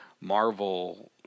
Marvel